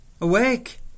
Awake